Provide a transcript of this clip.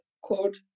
quote